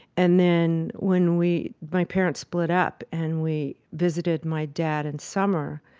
and then when we my parents split up and we visited my dad in summer.